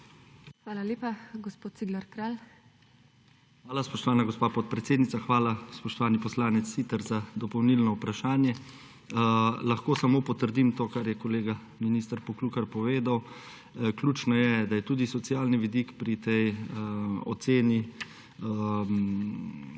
Hvala lepa. Gospod Cigler Kralj. JANEZ CIGLER KRALJ: Hvala, spoštovana gospa podpredsednica. Hvala, spoštovani poslanec Siter, za dopolnilno vprašanje. Lahko samo potrdim to, kar je kolega minister Poklukar povedal. Ključno je, da je tudi socialni vidik pri tej oceni